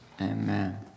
Amen